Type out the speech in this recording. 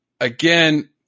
again